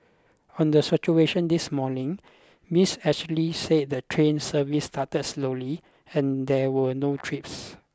on the situation this morning Miss Ashley said the train service started slowly and there were no trips